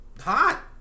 hot